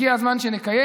הגיע הזמן שנקיים.